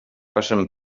passen